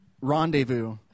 rendezvous